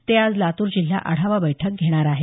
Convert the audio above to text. ते आज लातूर जिल्हा आढावा बैठक घेणार आहेत